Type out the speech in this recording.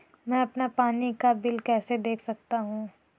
मैं अपना पानी का बिल कैसे देख सकता हूँ?